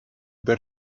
that